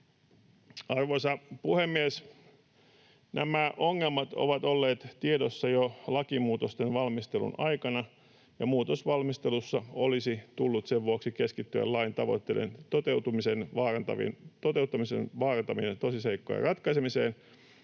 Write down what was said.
Arvoisa puhemies! Nämä ongelmat ovat olleet tiedossa jo lakimuutosten valmistelun aikana, ja muutosvalmistelussa olisi tullut sen vuoksi keskittyä lain tavoitteiden toteutumisen vaarantavien tosiseikkojen ratkaisemiseen